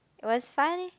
it was fun eh